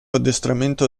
addestramento